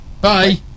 Bye